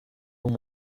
long